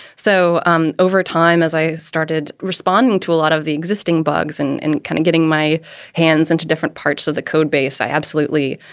so um over time, as i started responding to a lot of the existing bugs and and kind of getting my hands into different parts of the code base, i absolutely.